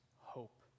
hope